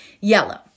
Yellow